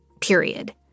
period